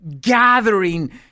gathering